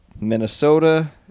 Minnesota